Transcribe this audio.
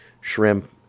shrimp